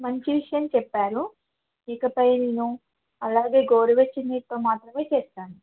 మంచి విషయం చెప్పారు ఇకపై నేను అలాగే గోరు వెచ్చని నీటితో మాత్రమే చేస్తాను